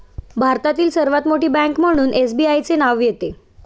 भारतातील सर्वात मोठी बँक म्हणून एसबीआयचे नाव येते